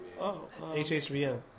HHVM